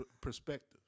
perspective